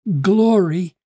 glory